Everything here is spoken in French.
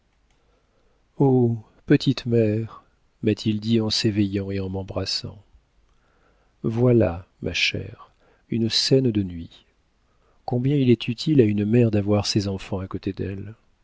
petite mère m'a-t-il dit en s'éveillant et en m'embrassant voilà ma chère une scène de nuit combien il est utile à une mère d'avoir ses enfants à côté d'elle